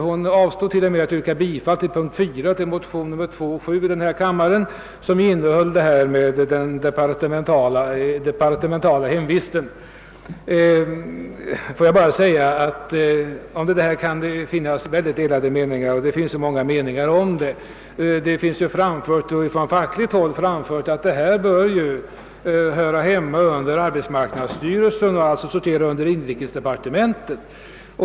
Hon «avstod t.o.m. från att yrka bifall till punkt 4 i motionen II: 7, där man tar upp frågan om den departementala hemvisten. Om detta kan det finnas och finns det mycket delade meningar. På fackligt håll har man påpekat att denna verksamhet bör höra hemma under arbetsmarknadsstyrelsen och alltså borde sortera under inrikesdepartementet.